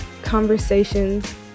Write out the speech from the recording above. conversations